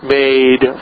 made